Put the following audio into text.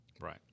Right